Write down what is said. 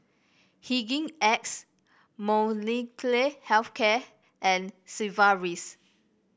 Hygin X Molnylcke Health Care and Sigvaris